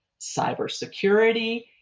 cybersecurity